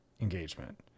engagement